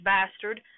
Bastard